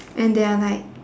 and they're like